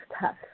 tough